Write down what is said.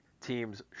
team's